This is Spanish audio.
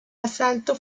asalto